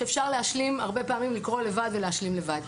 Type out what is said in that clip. שאפשר להשלים הרבה פעמים לקרוא לבד להשלים לבד.